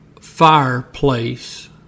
fireplace